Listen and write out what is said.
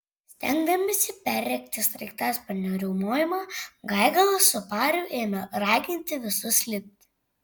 stengdamiesi perrėkti sraigtasparnio riaumojimą gaigalas su pariu ėmė raginti visus lipti